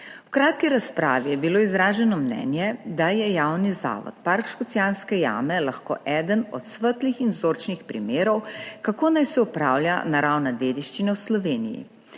V kratki razpravi je bilo izraženo mnenje, da je Javni zavod Park Škocjanske jame lahko eden od svetlih in vzorčnih primerov, kako naj se opravlja naravna dediščina v Sloveniji.